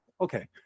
okay